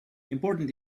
important